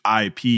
IP